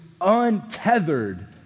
untethered